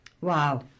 Wow